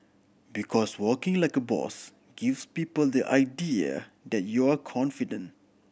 because walking like a boss gives people the idea that you are confident